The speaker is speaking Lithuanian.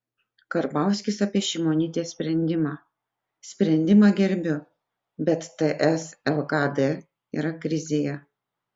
karbauskis apie šimonytės sprendimą sprendimą gerbiu bet ts lkd yra krizėje